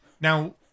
Now